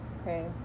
okay